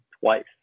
twice